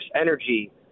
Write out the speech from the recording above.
energy